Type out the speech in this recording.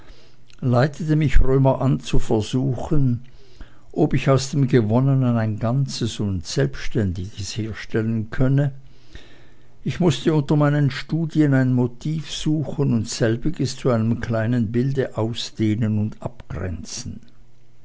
leitete mich römer an zu versuchen ob ich aus dem gewonnenen ein ganzes und selbständiges herstellen könne ich mußte unter meinen studien ein motiv suchen und selbiges zu einem kleinen bilde ausdehnen und abgrenzen